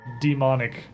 demonic